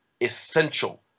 essential